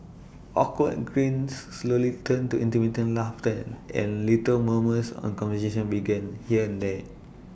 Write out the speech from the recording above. awkward grins slowly turned into intermittent laughter and little murmurs on conversation began here and there